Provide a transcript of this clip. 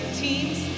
teams